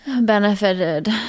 benefited